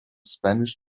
spanish